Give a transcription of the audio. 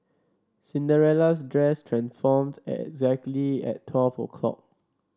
Cinderella's dress transformed exactly at twelve o'clock